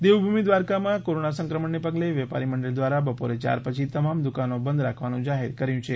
દેવભૂમિ દ્વારકામાં કોરોના સંક્રમણના પગલે વેપારી મંડળ દ્વારા બપોરે ચાર પછી તમામ દુકાનો બંધ રાખવાનું જાહેર કર્યું છે